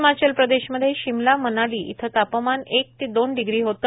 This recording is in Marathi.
हिमाचल प्रदेशमध्ये शिमला मनाली इथं तापमान एक ते दोन डिग्री होते